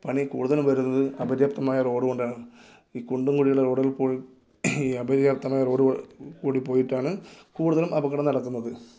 പണി കൂടുതലും വരുന്നത് അപര്യാപ്തമായ റോഡ് കൊണ്ടാണ് ഈ കുണ്ടും കുഴിയുമുള്ള റോഡിൽ പോയി ഈ അപര്യാപ്തമായ റോഡിൽ കൂടി പോയിട്ടാണ് കൂടുതലും അപകടം നടക്കുന്നത്